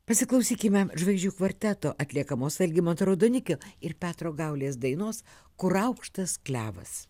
pasiklausykime žvaigždžių kvarteto atliekamos algimanto raudonikio ir petro gaulės dainos kur aukštas klevas